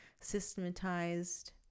systematized